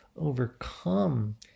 overcome